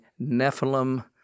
Nephilim